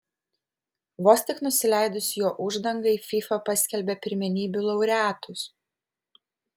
vos tik nusileidus jo uždangai fifa paskelbė pirmenybių laureatus